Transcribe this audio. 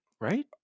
right